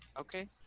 Okay